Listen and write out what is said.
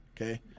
Okay